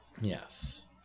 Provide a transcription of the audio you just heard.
Yes